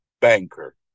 banker